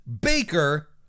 baker